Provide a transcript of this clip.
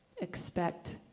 expect